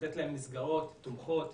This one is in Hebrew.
לתת להם מסגרות תומכות,